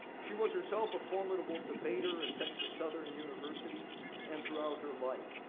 she was herself a formidable debater at texas southern university and throughout her life.